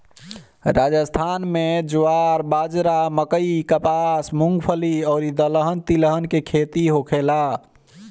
राजस्थान में ज्वार, बाजारा, मकई, कपास, मूंगफली अउरी दलहन तिलहन के खेती होखेला